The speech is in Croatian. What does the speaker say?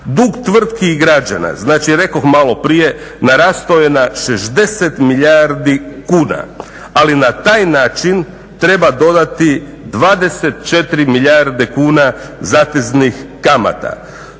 Dug tvrtki i građana, znači rekoh malo prije narastao je na 60 milijardi kuna. Ali na taj način treba dodati 24 milijarde kuna zateznih kamata.